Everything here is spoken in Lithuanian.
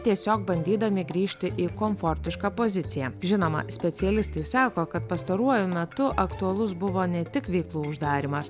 tiesiog bandydami grįžti į komfortišką poziciją žinoma specialistai sako kad pastaruoju metu aktualus buvo ne tik veiklų uždarymas